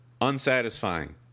unsatisfying